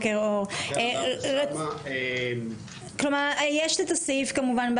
יש את הסעיף כמובן,